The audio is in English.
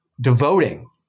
devoting